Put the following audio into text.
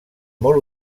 molt